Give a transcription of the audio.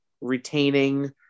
retaining